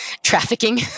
trafficking